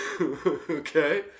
Okay